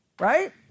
right